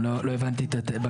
אני לא הבנתי את הבקשה.